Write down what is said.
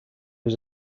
was